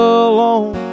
alone